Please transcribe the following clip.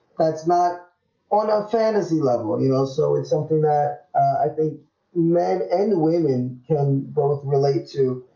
that's not on our fantasy level, you know so it's something that i think men and women can both relate to